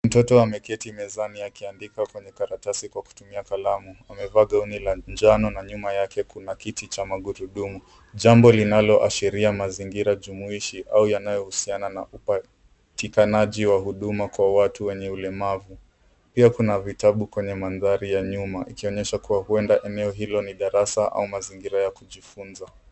Mtoto ameketi mezani akiandika kwenye karatasi kutumia kalamu. Amevaa gauni la njano na nyuma yake kuna kiti cha magurudumu, jambo linaloashiria mazingira jumuishi, au yanayohusiana na upatikanaji Kwa huduma Kwa watu wenye ulemavu. Pia kuna vitabu kwenye mandhari ya nyuma, ikionyesha kuwa huenda eneo hilo ni darasa au mazingira ya kujifunza.